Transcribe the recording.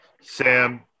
Sam